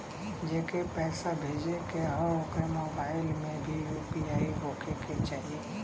जेके पैसा भेजे के ह ओकरे मोबाइल मे भी यू.पी.आई होखे के चाही?